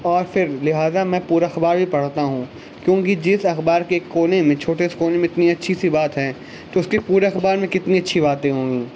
اور پھر لہٰذا میں پورا اخبار بھی پڑھتا ہوں کیونکہ جس اخبار کے کونے میں چھوٹے سے کونے میں اتنی اچھی سی بات ہے تو اس کے پورے اخبار میں کتنی اچھی باتیں ہوں گی